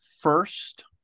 first